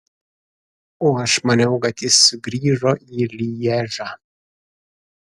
o aš maniau kad jis sugrįžo į lježą